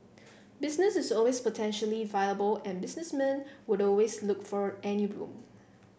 business is always potentially viable and businessmen will always look for any room